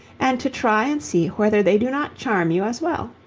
and to try and see whether they do not charm you as well.